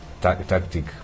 tactic